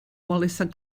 wallace